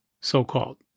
so-called